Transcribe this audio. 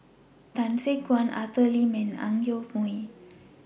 Tan Gek Suan Arthur Lim and Ang Yoke Mooi